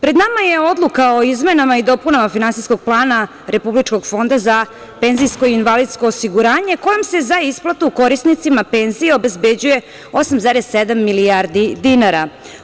Pred nama je odluka o izmenama i dopunama finansijskog plana Republičkog fonda za PIO, kojom se za isplatu korisnicima penzija obezbeđuje 8,7 milijardi dinara.